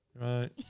Right